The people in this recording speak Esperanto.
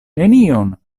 nenion